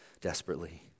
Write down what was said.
desperately